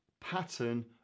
pattern